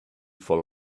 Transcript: for